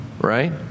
right